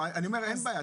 אין בעיה,